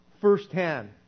firsthand